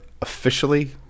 officially